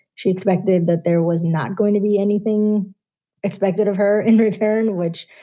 she expected that there was not going to be anything expected of her in return, which,